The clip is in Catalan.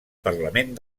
parlament